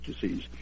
disease